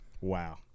Wow